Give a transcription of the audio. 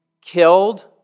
killed